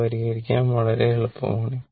ഇത് പരിഹരിക്കാൻ വളരെ എളുപ്പമാണ്